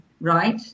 right